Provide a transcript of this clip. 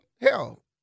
Hell